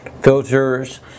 filters